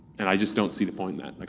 and i just don't see the point in that. like